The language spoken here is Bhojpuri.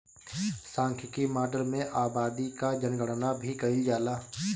सांख्यिकी माडल में आबादी कअ जनगणना भी कईल जाला